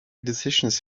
decisions